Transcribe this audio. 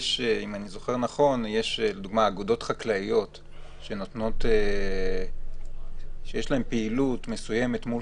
אם אני זוכר נכון יש אגודות חקלאיות שיש להם פעילות מסוימת מול